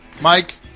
Mike